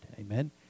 amen